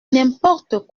n’importe